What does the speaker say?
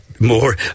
more